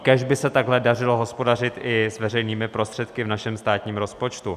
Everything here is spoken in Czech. Kéž by se takhle dařilo hospodařit i s veřejnými prostředky v našem státním rozpočtu.